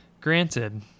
Granted